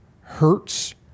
hurts